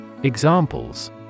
Examples